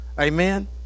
Amen